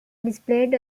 displayed